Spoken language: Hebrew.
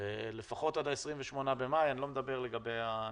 לפחות עד ה-28 במאי, אני לא מדבר לגבי ההמשך.